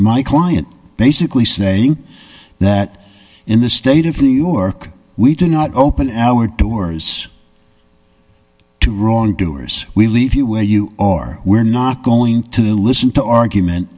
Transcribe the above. my client basically saying that in the state of new york we do not open our doors to wrongdoers we leave you where you are we're not going to listen to argument